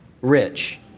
rich